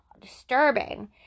disturbing